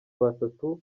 batatu